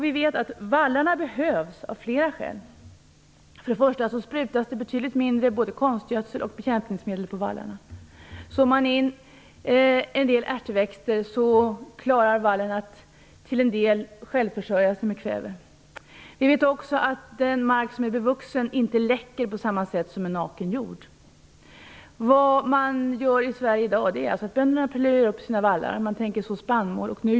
Vi vet att vallarna behövs av flera skäl. Det används betydligt mindre konstgödsel och bekämpningsmedel på vallarna. Om man sår en del ärtväxter klarar vallen att till en del självförsörja sig med kväve. Vi vet också att den mark som är bevuxen inte läcker på samma sätt som en naken jord. I dag plöjer bönderna i Sverige upp sina vallar. De tänker så spannmål.